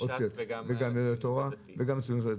גם ש"ס, גם יהדות התורה וגם הציונות הדתית.